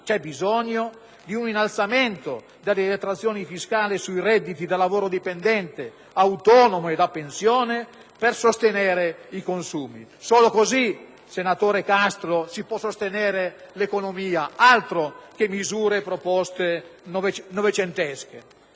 c'è bisogno di un innalzamento delle detrazioni fiscali sui redditi da lavoro dipendente autonomo e da pensione per sostenere i consumi. Solo così, senatore Castro, si può sostenere l'economia: altro che misure novecentesche!